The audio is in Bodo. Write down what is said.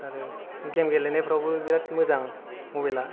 आरो गेम गेलेनायफ्रावबो बेराथ मोजां मबाइला